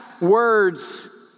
words